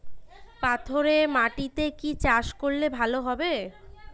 পাথরে মাটিতে কি চাষ করলে ভালো হবে?